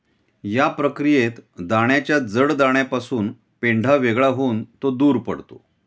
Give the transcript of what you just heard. या प्रक्रियेत दाण्याच्या जड दाण्यापासून पेंढा वेगळा होऊन तो दूर पडतो